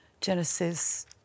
Genesis